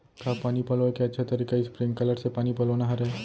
का पानी पलोय के अच्छा तरीका स्प्रिंगकलर से पानी पलोना हरय?